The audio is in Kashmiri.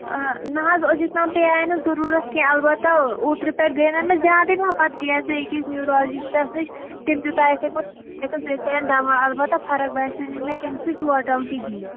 نہ حظ أزیُک تام پیٚیاے نہٕ ضٔروٗرت کیٚنٛہہ البتہٕ اوترٕ پیٚٹھ گٔے نہ مےٚ زیادَے پَہَم پَتہٕ گٔیَس بیٚیِس نیٛوٗرالجِسٹَس نِش تٔمۍ دٮُ۪ت تَتہِ بیٚیہِ دِتُن دَوا البتہٕ فرٕق باسے نہٕ مےٚ تَمہِ سۭتۍ ٹوٹَل کِہیٖنٛۍ